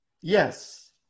Yes